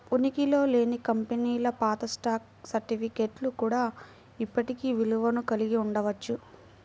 ఉనికిలో లేని కంపెనీల పాత స్టాక్ సర్టిఫికేట్లు కూడా ఇప్పటికీ విలువను కలిగి ఉండవచ్చు